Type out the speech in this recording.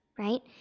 Right